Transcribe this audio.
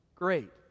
Great